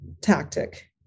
tactic